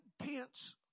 intense